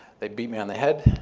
they beat me on the head.